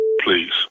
please